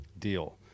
deal